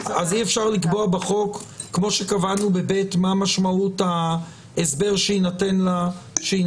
אז אי אפשר לקבוע בחוק כמו שקבענו ב-(ב) מה משמעות ההסבר שיינתן פה?